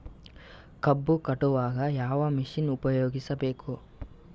ಕಬ್ಬು ಕಟಾವಗ ಯಾವ ಮಷಿನ್ ಉಪಯೋಗಿಸಬೇಕು?